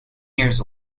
years